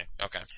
Okay